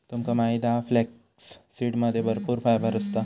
तुमका माहित हा फ्लॅक्ससीडमध्ये भरपूर फायबर असता